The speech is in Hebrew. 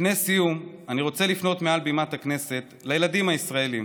לפני סיום אני רוצה לפנות מעל בימת הכנסת לילדים הישראלים: